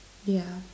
yeah